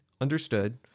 understood